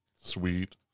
Sweet